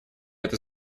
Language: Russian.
это